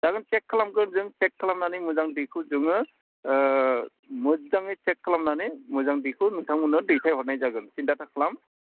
जागोन सेक खालामगोन जों सेक खालामनानै मोजां दैखो जोङो मोजाङै सेक खालामनानै मोजां दैखौ नोंथांमोनो दैथाय हरनाय जागोन सिन्था दाखालाम